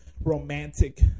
romantic